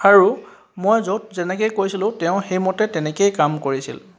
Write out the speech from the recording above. আৰু মই য'ত যেনেকৈ কৈছিলো তেওঁ সেইমতে তেনেকেই কাম কৰিছিল